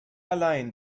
allein